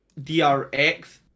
DRX